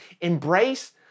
Embrace